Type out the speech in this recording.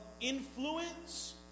influence